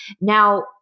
Now